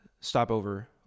stopover